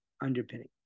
underpinning